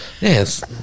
Yes